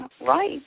right